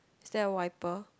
is there a wiper